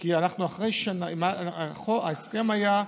אז אם אתה שואל אותי, זאת הפקרות, כי ההסכם היה,